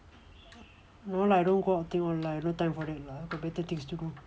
no lah don't go outing [one] lah I not time for that lah got better things to do